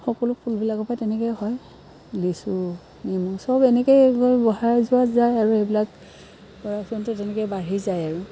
সকলো ফুলবিলাকৰ পৰা তেনেকৈ হয় লিচু নেমু সব এনেকৈয়ে এইবিলাক বঢ়াই যোৱা যায় আৰু এইবিলাক প্ৰডাকশ্যনটো তেনেকৈয়ে বাঢ়ি যায় আৰু